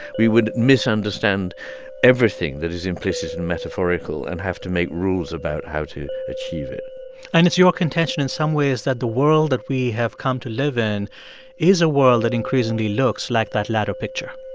we would misunderstand everything that is implicit and metaphorical and have to make rules about how to achieve it and it's your contention, in some ways, that the world that we have come to live in is a world that increasingly looks like that latter picture?